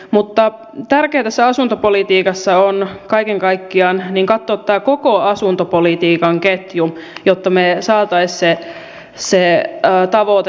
mutta tärkeää tässä asuntopolitiikassa on kaiken kaikkiaan katsoa tämä koko asuntopolitiikan ketju jotta saataisiin se tavoite täyttymään